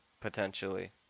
potentially